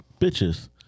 Bitches